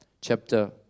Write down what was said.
chapter